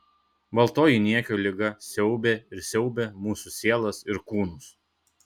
baltoji niekio liga siaubė ir siaubia mūsų sielas ir kūnus